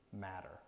matter